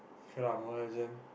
okay lah Mobile-Legends